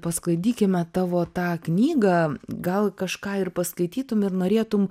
pasklaidykime tavo tą knygą gal kažką ir paskaitytum ir norėtum